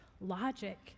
logic